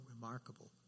remarkable